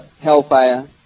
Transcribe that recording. hellfire